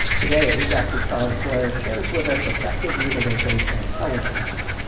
today, dr. charles blair shares with us effective utilization of tele-dentistry,